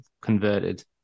converted